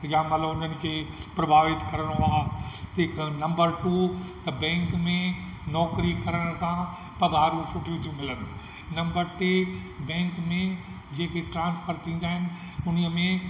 या माना हुनखे प्रभावित करिणो आहे नम्बर टू त बैंक में नौकिरी करण सां पघारूं सुठियूं थियूं मिलनि नम्बर टे बैंक में जेके ट्रांसफर थींदा आहिनि उन्हीअ में